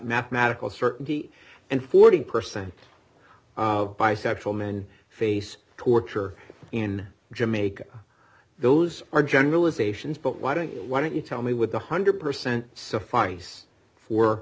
mathematical certainty and forty percent bisexual men face torture in jamaica those are generalizations but why don't you why don't you tell me with one hundred percent suffice for